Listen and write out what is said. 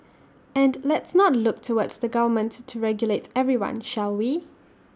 and let's not look towards the government to regulate everyone shall we